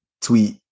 tweet